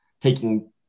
taking